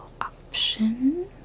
option